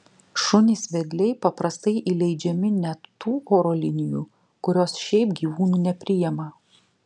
šunys vedliai paprastai įleidžiami net tų oro linijų kurios šiaip gyvūnų nepriima